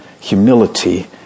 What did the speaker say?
humility